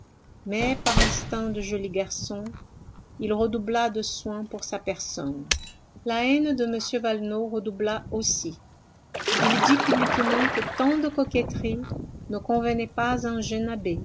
mais par instinct de joli garçon il redoubla de soin pour sa personne la haine de m valenod redoubla aussi il dit publiquement que tant de coquetterie ne convenait pas à un jeune abbé